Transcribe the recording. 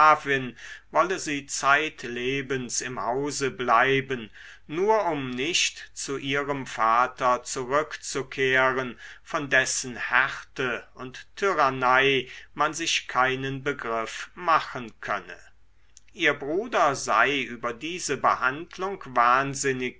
wolle sie zeitlebens im hause bleiben nur um nicht zu ihrem vater zurückzukehren von dessen härte und tyrannei man sich keinen begriff machen könne ihr bruder sei über diese behandlung wahnsinnig